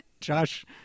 Josh